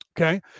Okay